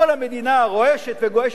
כל המדינה רועשת וגועשת,